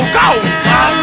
go